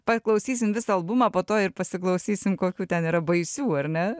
paklausysim visą albumą po to ir pasiklausysim kokių ten yra baisių ar ne